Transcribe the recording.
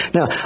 Now